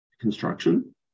construction